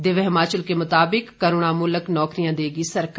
दिव्य हिमाचल के मुताबिक करूणामूलक नौकरियां देगी सरकार